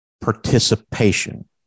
participation